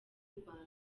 rwanda